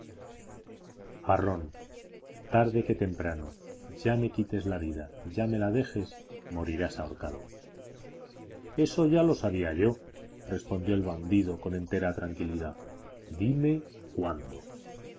parrón tarde que temprano ya me quites la vida ya me la dejes morirás ahorcado eso ya lo sabía yo respondió el bandido con entera tranquilidad dime cuándo